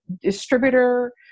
distributor